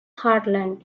heartland